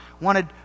wanted